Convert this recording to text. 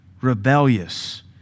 rebellious